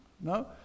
No